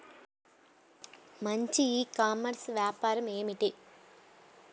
మంచి e commerce వ్యాపారం ఏమిటీ?